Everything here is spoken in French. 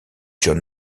john